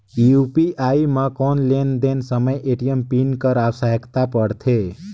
UPI म कौन लेन देन समय ए.टी.एम पिन कर आवश्यकता पड़थे?